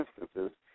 instances